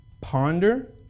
Ponder